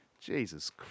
Jesus